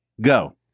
go